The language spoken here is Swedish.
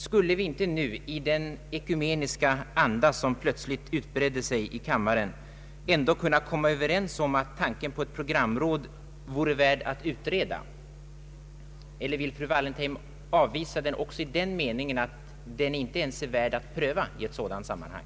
Skulle vi inte nu i den ekumeniska anda som plötsligt har utbrett sig i kammaren ändå kunna komma överens om att tanken på ett programråd vore värd att utreda? Eller vill fru Wallentheim avvisa tanken även i den meningen att den inte ens är värd att pröva i ett sådant sammanhang?